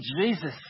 Jesus